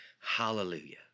Hallelujah